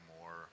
more